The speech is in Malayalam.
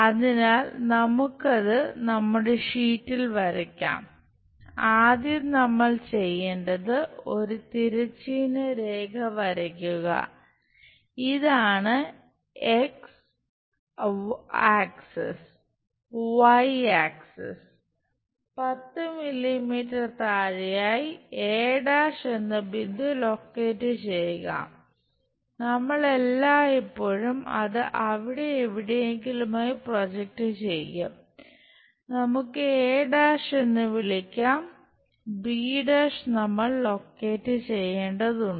അതിനാൽ നമുക്കത് നമ്മുടെ ഷീറ്റിൽ ചെയ്യേണ്ടതുണ്ട്